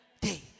day